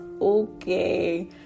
okay